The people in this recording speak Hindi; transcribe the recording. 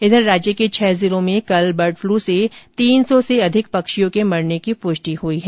इधर राज्य के छह जिलों में कल बर्ड फ्लू से तीन सौ अधिक पक्षियों के मरने की पुष्टि हुई है